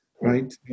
right